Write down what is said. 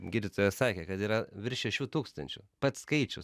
gydytoja sakė kad yra virš šešių tūkstančių pats skaičius